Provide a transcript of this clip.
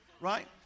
right